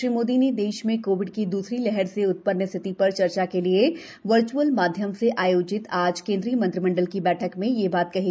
श्री मोदी ने देश में कोविड की दुसरी लहर से उत्पन्न स्थिति पर चर्चा के लिए वर्च्अल माध्यम से आयोजित आज केनुद्रीय मंत्रिमंडल की बैठक में यह बात कही